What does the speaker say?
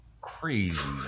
crazy